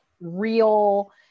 real